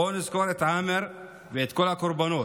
בואו נזכור את עאמר ואת כל הקורבנות,